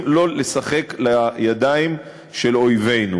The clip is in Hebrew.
תחשבו מה היו עושים ליהודים ב-1948,